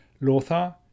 Lothar